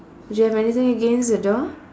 do you anything against the door